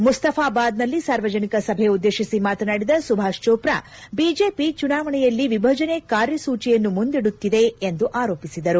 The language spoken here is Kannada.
ಮುಸ್ತಫಾಬಾದ್ನಲ್ಲಿ ಸಾರ್ವಜನಿಕ ಸಭೆ ಉದ್ದೇಶಿಸಿ ಮಾತನಾಡಿದ ಸುಭಾಷ್ ಚೋಪ್ರಾ ಬಿಜೆಪಿ ಚುನಾವಣೆಯಲ್ಲಿ ವಿಭಜನೆ ಕಾರ್ಯಸೂಚಿಯನ್ನು ಮುಂದಿಡುತ್ತಿದೆ ಎಂದು ಆರೋಪಿಸಿದರು